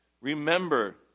Remember